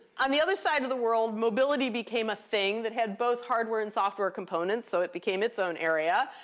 on the other side of the world, mobility became a thing that had both hardware and software components, so it became its own area.